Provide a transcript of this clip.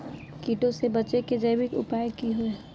कीटों से बचे के जैविक उपाय की हैय?